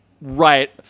right